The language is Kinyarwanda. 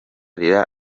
kugira